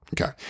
Okay